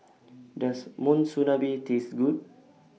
Does Monsunabe Taste Good